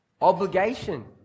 Obligation